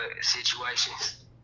Situations